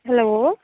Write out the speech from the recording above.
hello